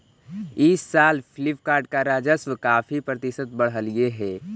इस साल फ्लिपकार्ट का राजस्व काफी प्रतिशत बढ़लई हे